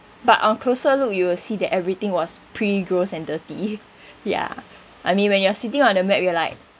but on closer look you will see that everything was pretty gross and dirty ya I mean when you are sitting on the mat you were like